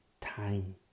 time